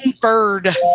bird